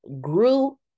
grew